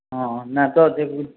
ହଁ ନାଇଁ ତ ଦେ